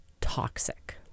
toxic